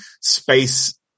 space